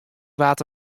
waard